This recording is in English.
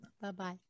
Bye-bye